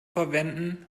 verwenden